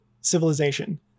civilization